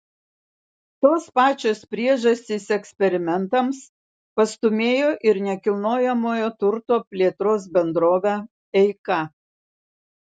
tos pačios priežastys eksperimentams pastūmėjo ir nekilnojamojo turto plėtros bendrovę eika